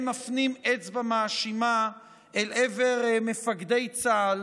הם מפנים אצבע מאשימה אל עבר מפקדי צה"ל,